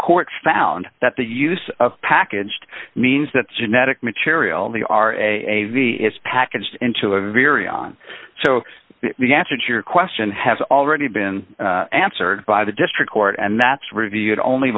court found that the use of packaged means that genetic material the r a v is packaged into a very on so the answer to your question has already been answered by the district court and that's reviewed only